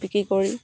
বিক্ৰী কৰি